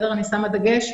אני שמה דגש,